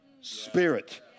spirit